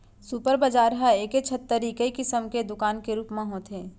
super बजार ह एके छत तरी कई किसम के दुकान के रूप म होथे